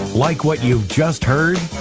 like what you've just heard?